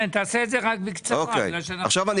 עכשיו,